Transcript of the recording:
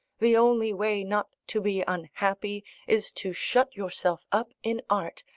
the only way not to be unhappy is to shut yourself up in art,